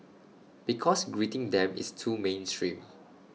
because greeting them is too mainstream